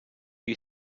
you